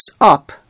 up